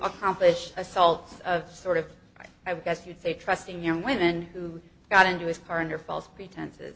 accomplish assaults sort of i guess you'd say trusting young women who got into his car under false pretenses